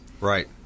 Right